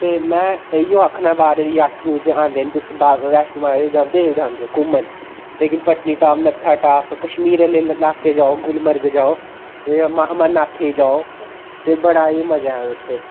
ते में इयो आखना बाह्र आह्ले जात्तरुएं गी तुस वैश्णो माता ते जांदे ही जांदे ओ घूमन लेकिन पत्नीतोप नत्थाटाप कश्मीर आह्ले लाके च जाओ गुलमर्ग जाओ अमरनाथै जाओ ते बड़ा ही मजा ऐ उत्थै